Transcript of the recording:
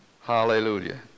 Hallelujah